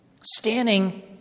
standing